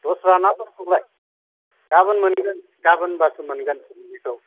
दस्रा ना फोरखौलाय गाबोन मोनगोन गाबोनबासो मोनगोन सिंगिखौ